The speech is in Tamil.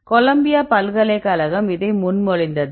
கொலம்பியா பல்கலைக்கழகம் இதை முன்மொழிந்தது